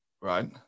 right